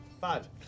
Five